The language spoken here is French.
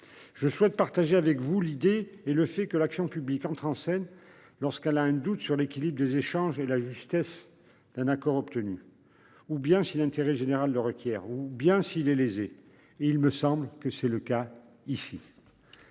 Je souhaite partager avec vous l'idée et le fait que l'action publique entre en scène lorsqu'elle a un doute sur l'équilibre des échanges et la justesse d'un accord obtenu ou bien si l'intérêt général le requièrent ou bien si les lésés. Il me semble que c'est le cas ici.